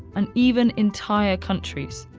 and even entire countries.